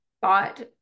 thought